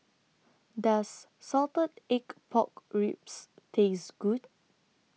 Does Salted Egg Pork Ribs Taste Good